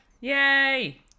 Yay